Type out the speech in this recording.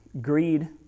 greed